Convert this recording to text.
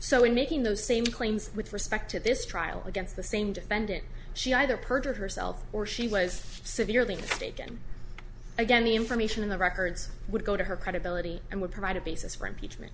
so in making those same claims with respect to this trial against the same defendant she either perjured herself or she was severely mistaken identity information in the records would go to her credibility and would provide a basis for impeachment